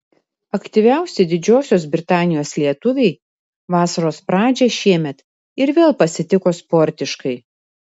aktyviausi didžiosios britanijos lietuviai vasaros pradžią šiemet ir vėl pasitiko sportiškai